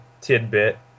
tidbit